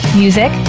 music